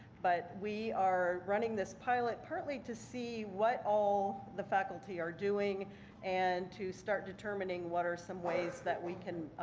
but we are running this pilot partly to see what all the faculty are doing and to start determining what are some ways that we can,